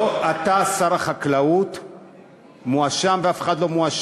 לא אתה, שר החקלאות, מואשם, ואף אחד לא מואשם.